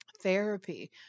therapy